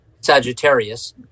Sagittarius